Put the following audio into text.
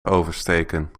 oversteken